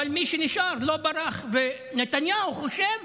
אבל מי שנשאר לא ברח, ונתניהו חושב